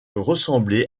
ressembler